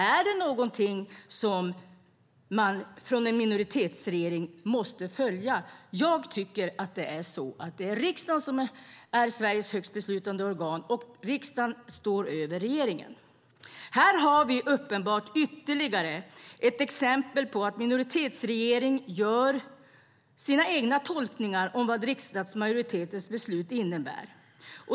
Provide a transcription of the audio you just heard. Är det någonting som man från en minoritetsregering måste följa? Jag tycker att det är riksdagen som är Sveriges högsta beslutande organ, och riksdagen står över regeringen. Det är uppenbart att vi här har ytterligare ett exempel på att minoritetsregeringen gör sina egna tolkningar av vad riksdagsmajoritetens beslut innebär.